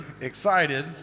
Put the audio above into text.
excited